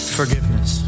forgiveness